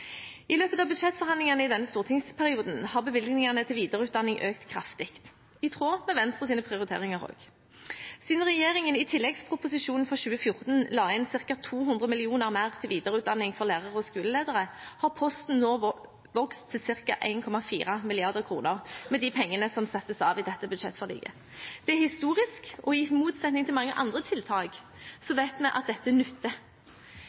I løpet av budsjettforhandlingene i denne stortingsperioden har bevilgningene til videreutdanning økt kraftig, i tråd med Venstres prioriteringer. Siden regjeringen i tilleggsproposisjonen for 2014 la inn ca. 200 mill. kr mer til videreutdanning for lærere og skoleledere, har posten nå vokst til ca. 1,4 mrd. kr med de pengene som settes av i dette budsjettforliket. Det er historisk, og i motsetning til mange andre tiltak vet vi at dette nytter.